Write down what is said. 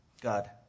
God